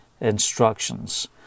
instructions